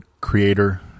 creator